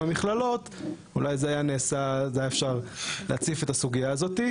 המכללות אולי היה אפשר להציף את הסוגיה הזו.